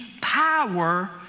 power